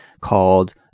called